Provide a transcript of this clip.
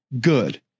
good